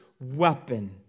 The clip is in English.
weapon